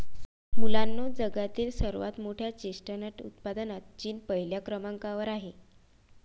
मुलांनो जगातील सर्वात मोठ्या चेस्टनट उत्पादनात चीन पहिल्या क्रमांकावर आहे